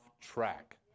track